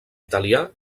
italià